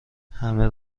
همه